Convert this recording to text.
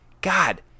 God